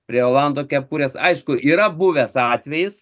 prie olando kepurės aišku yra buvęs atvejis